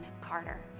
Carter